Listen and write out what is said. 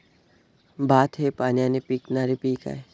भात हे पाण्याने पिकणारे पीक आहे